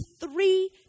three